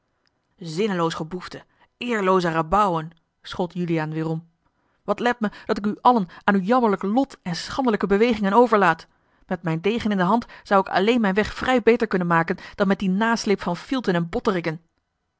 zinneloos geboefte eerlooze rabauwen schold juliaan weerom wat let me dat ik u allen aan uw jammerlijk lot en schandelijke bewegingen overlaat met mijn degen in de hand zou ik alleen mijn weg vrij beter kunnen maken dan met dien nasleep van fielten en